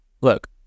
look